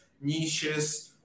niches